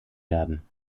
werden